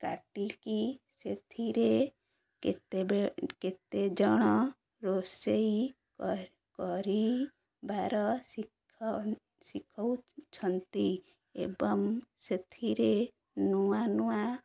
ଡାକିକି ସେଥିରେ କେତେବେ କେତେଜଣ ରୋଷେଇ କ କରିବାର ଶି ଶିଖଉଛନ୍ତି ଏବଂ ସେଥିରେ ନୂଆ ନୂଆ